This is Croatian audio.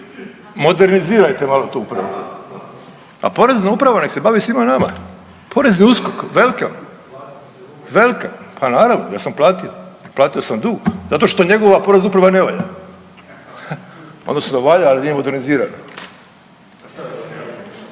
Modernizirajte malo tu upravu. A Porezna uprava nek se bavi svima nama. Porez je USKOK, welcome, welcome. Pa naravno, ja sam platio, platio sam dug zato što njegova Porezna uprava ne valja, odnosno valjda ali nije modernizirana.